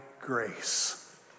grace